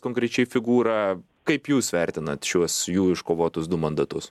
konkrečiai figūrą kaip jūs vertinat šiuos jų iškovotus du mandatus